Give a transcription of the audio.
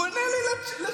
הוא עונה לי על שאלה.